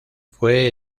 fue